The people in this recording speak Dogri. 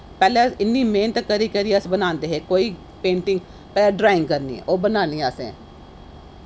पैह्लें इन्नी मेह्नत करी करी अस बनांदे हे कोई पैंटिंग पैह्ले ड्राईंग करनी ओह् बनानी असें